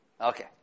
Okay